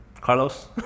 Carlos